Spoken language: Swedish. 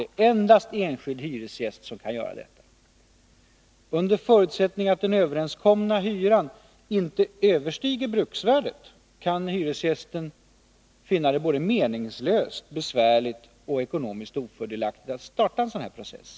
Under förutsättning att den överenskomna hyran inte överstiger bruksvärdet kan hyresgästen finna det både meningslöst, besvärligt och ekonomiskt ofördelaktigt att starta en process.